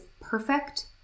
perfect